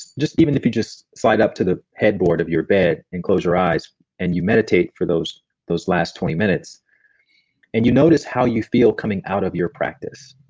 even if you just slide up to the headboard of your bed and close your eyes and you meditate for those those last twenty minutes and you notice how you feel coming out of your practice,